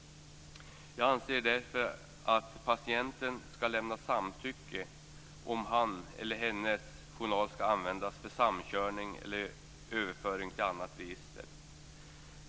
Jag anser därför att patienten skall lämna samtycke om hans eller hennes journal skall användas för samkörning eller överföring till annat register.